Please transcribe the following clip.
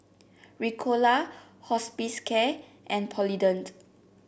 Ricola Hospicare and Polident